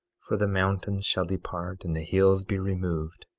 for the mountains shall depart and the hills be removed,